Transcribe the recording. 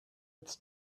its